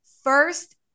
First